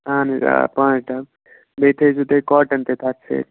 اَہَن حظ آ پانٛژھ ڈبہٕ بیٚیہِ تھٲوِزیٚو تُہۍ کاٹَن تہِ تَتھ سۭتۍ